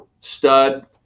stud